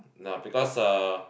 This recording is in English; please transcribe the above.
ah because uh